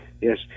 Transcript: yes